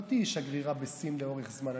לא תהיי שגרירה בסין לאורך זמן.